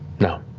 now,